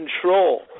control